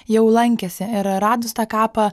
jau lankėsi ir radus tą kapą